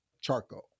charcoal